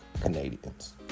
Canadians